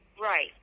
right